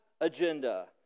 agenda